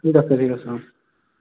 ঠিক আছে ঠিক আছে অ'